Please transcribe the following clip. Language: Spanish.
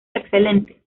excelentes